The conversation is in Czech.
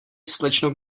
slečno